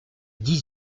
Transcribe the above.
dix